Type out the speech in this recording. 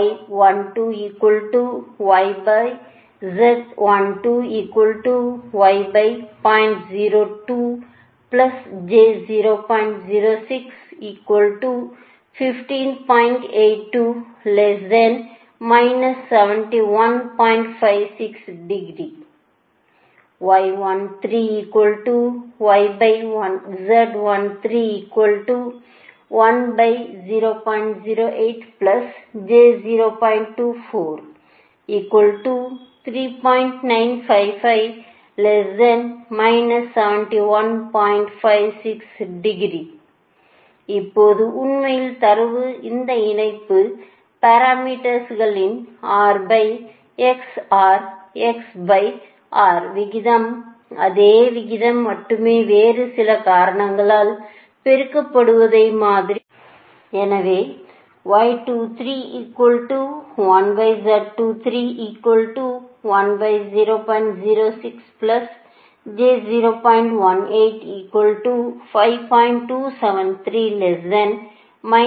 இதேபோல் உண்மையில் தரவு இந்த இணைப்பு பாரமீட்டர்ஸ்களின் r by x or x by r விகிதம் அதே விகிதம் மட்டுமே வேறு சில காரணிகளால் பெருக்கப்படுவது மாதிரி உள்ளது